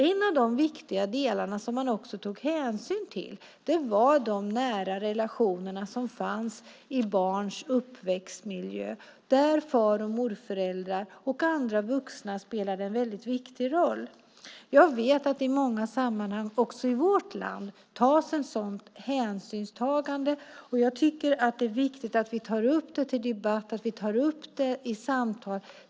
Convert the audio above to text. En av de viktiga delarna som man också tog hänsyn till var de nära relationerna som fanns i barns uppväxtmiljö, där far och morföräldrar och andra vuxna spelade en väldigt viktig roll. Jag vet att det i många sammanhang också i vårt land görs ett sådant hänsynstagande. Jag tycker att det är viktigt att vi tar upp det till debatt, att vi tar upp det i samtal.